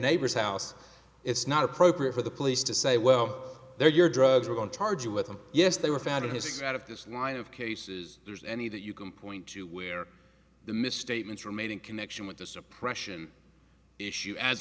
neighbor's house it's not appropriate for the police to say well they're your drugs we're going to charge you with them yes they were found in his this line of cases there's any that you can point to where the misstatements remain in connection with the suppression issue as